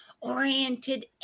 oriented